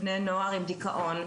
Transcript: בני נוער עם דיכאון,